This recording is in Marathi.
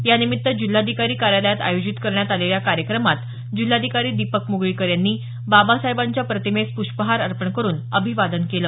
यानिमित्त जिल्हाधिकारी कार्यालयात आयोजित करण्यात आलेल्या कार्यक्रमात जिल्हाधिकारी दीपक मुगळीकर यांनी बाबासाहेबांच्या प्रतिमेस पृष्पहार अर्पण करून अभिवादन केलं